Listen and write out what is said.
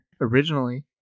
originally